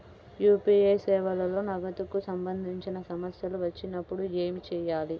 UPI సేవలలో నగదుకు సంబంధించిన సమస్యలు వచ్చినప్పుడు ఏమి చేయాలి?